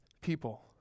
people